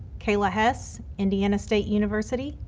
kayla hess, indiana state university,